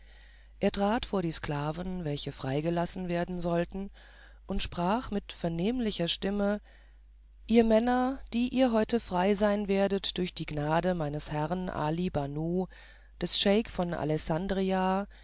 er trat vor die sklaven welche freigelassen werden sollten und sprach mit vernehmlicher stimme ihr männer die ihr heute frei sein werdet durch die gnade meines herrn ali banu des scheik von alessandria